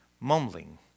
mumbling